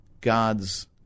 God's